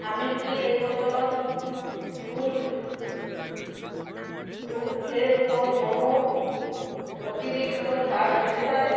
আমি কি এই বছর ফুল ফুল এর উপর কোনো অতিরিক্ত ছাড় পেতে পারি